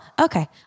okay